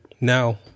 now